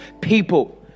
people